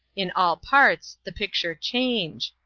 in all parts, the picture change.